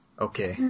Okay